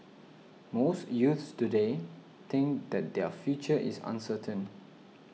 most youths today think that their future is uncertain